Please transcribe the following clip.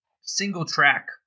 single-track